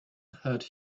hurt